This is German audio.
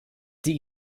die